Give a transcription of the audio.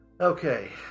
Okay